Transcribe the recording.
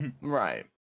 Right